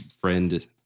friend